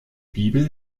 bibel